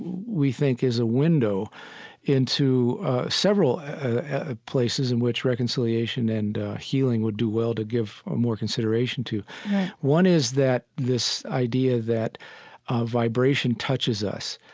we think, is a window into several ah places in which reconciliation and healing would do well to give more consideration to right one is that this idea that vibration touches us,